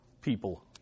people